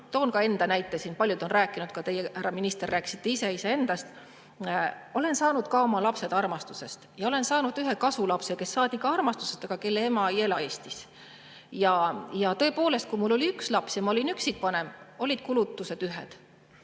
toon ka enda näite siin. Paljud on rääkinud endast, ka teie, härra minister, rääkisite endast. Olen saanud ka oma lapsed armastusest ja olen saanud ühe kasulapse, kes saadi ka armastusest, aga kelle ema ei ela Eestis. Ja tõepoolest, kui mul oli üks laps ja ma olin üksikvanem, olid kulutused ühed.